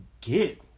get